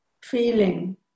feeling